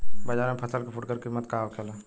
बाजार में फसल के फुटकर कीमत का होखेला?